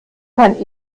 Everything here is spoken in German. kann